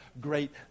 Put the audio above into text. great